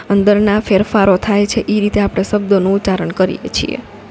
અંદરના ફેરફારો થાય છે એ રીતે આપણે શબ્દોનું ઉચ્ચારણ કરીએ છીએ